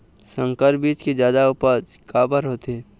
संकर बीज के जादा उपज काबर होथे?